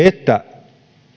että